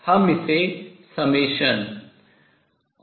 हम इसे ∑nn2